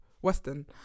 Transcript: Western